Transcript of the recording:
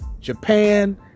Japan